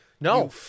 No